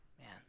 man